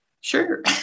sure